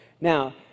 Now